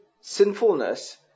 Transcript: sinfulness